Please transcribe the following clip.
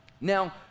Now